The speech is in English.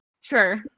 sure